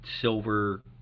silver